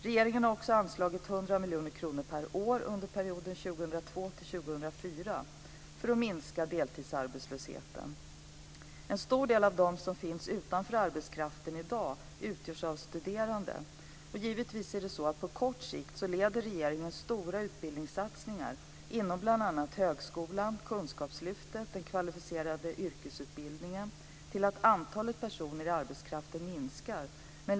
Regeringen har anslagit 100 miljoner per år under perioden 2002-2004 för att minska deltidsarbetslösheten. En stor del av dem som finns utanför arbetskraften i dag utgörs av studerande. På kort sikt leder regeringens stora utbildningssatsningar inom bl.a. högskolan, kunskapslyftet och den kvalificerade yrkesutbildningen till att antalet personer i arbetskraften minskar.